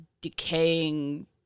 decaying